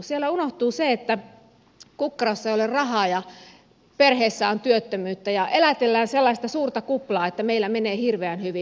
siellä unohtuu se että kukkarossa ei ole rahaa ja perheessä on työttömyyttä ja elätellään sellaista suurta kuplaa että meillä menee hirveän hyvin